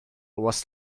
was